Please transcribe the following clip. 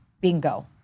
bingo